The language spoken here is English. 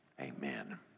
amen